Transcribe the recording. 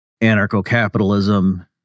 anarcho-capitalism